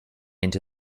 into